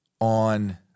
on